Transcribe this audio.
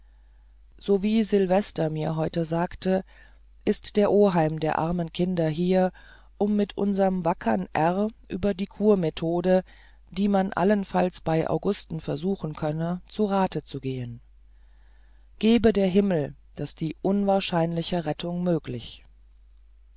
wie sylvester mir heute sagte ist der oheim der armen kinder hier um mit unserm wackern r über die kurmethode die man allenfalls bei augusten versuchen könne zu rate zu gehen gebe der himmel daß die unwahrscheinliche rettung möglich